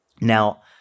Now